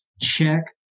check